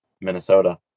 Minnesota